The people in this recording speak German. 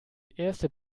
erste